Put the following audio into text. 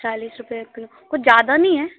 चालिस रुपये एक किलो कुछ ज़्यादा नहीं है